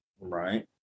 right